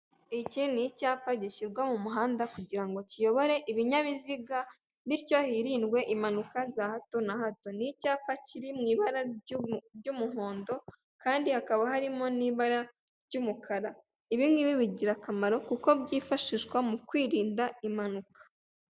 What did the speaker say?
Iki ni icyapa gishyirwa mu muhanda kugira ngo kiyobore ibinyabiziga bityo hirindwe impanuka za hato na hato, ni icyapa kiri mu ibara ry'umuhondo kandi hakaba harimo n'ibara ry'umukara, ibingibi bigira akamaro kuko byifashishwa mu kwirinda impanuka.